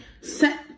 set